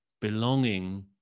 belonging